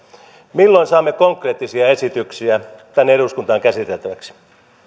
milloin saamme konkreettisia esityksiä tänne eduskuntaan käsiteltäväksi